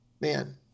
man